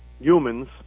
humans